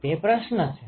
તે પ્રશ્ન છે